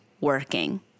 working